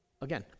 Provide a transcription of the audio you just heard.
Again